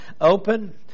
Open